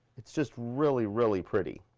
it's just really, really pretty.